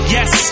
Yes